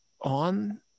on